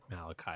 Malachi